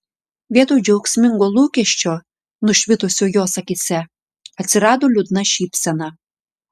vietoj džiaugsmingo lūkesčio nušvitusio jos akyse atsirado liūdna šypsena